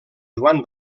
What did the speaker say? joan